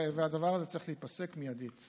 והדבר הזה צריך להיפסק מיידית.